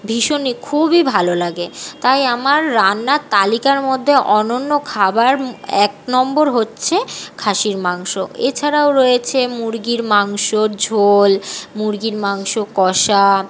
ভীষণই খুবই ভালো লাগে তাই আমার রান্নার তালিকার মধ্যে অনন্য খাবার এক নম্বর হচ্ছে খাসির মাংস এছাড়াও রয়েছে মুরগির মাংসের ঝোল মুরগির মাংস কষা